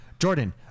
Jordan